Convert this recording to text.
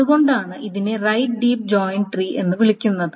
അതുകൊണ്ടാണ് അതിനെ right deep join tree എന്ന് വിളിക്കുന്നത്